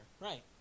Right